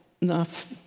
enough